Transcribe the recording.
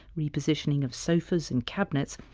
the positioning of sofas and cabinets,